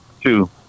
Two